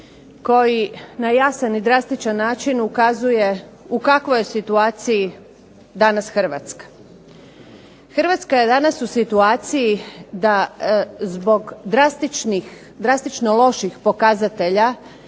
koji na jasan i drastičan način ukazuje u kakvoj je situaciji danas Hrvatska. Hrvatska je danas u situaciji da zbog drastično loših pokazatelja,